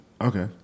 Okay